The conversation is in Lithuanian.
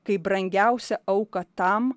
kaip brangiausią auką tam